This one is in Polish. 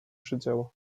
przedziału